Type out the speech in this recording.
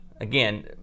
again